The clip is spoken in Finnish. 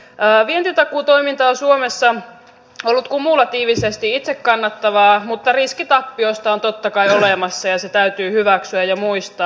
vientitakuutoiminta on suomessa ollut kumulatiivisesti itse kannattavaa mutta riski tappioista on totta kai olemassa ja se täytyy hyväksyä ja muistaa